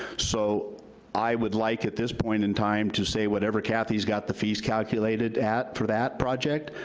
so i would like, at this point in time, to say whatever kathy's got the fees calculated at, for that project,